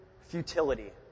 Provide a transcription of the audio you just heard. futility